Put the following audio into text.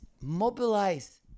mobilize